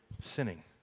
sinning